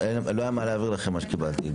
לא היה מה להעביר לכם במה שקיבלתי.